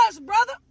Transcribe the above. brother